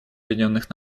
объединенных